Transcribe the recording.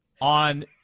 on